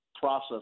process